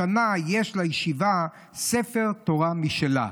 השנה יש לישיבה ספר תורה משלה.